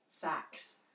Facts